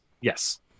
Yes